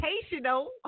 educational